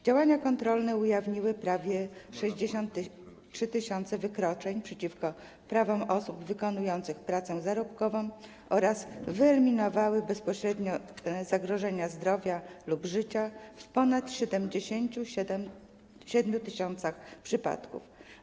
Działania kontrolne ujawniły prawie 63 tys. wykroczeń przeciwko prawom osób wykonujących pracę zarobkową oraz wyeliminowały bezpośrednie zagrożenie zdrowia lub życia w ponad 77 tys. przypadków.